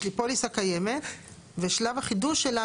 יש לי פוליסה קיימת ושלב החידוש שלה